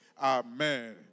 Amen